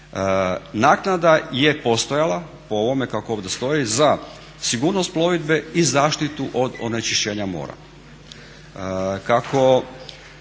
naknada je postojala po ovome kako ovdje stoji za sigurnost plovidbe i zaštitu od onečišćenja mora. Kako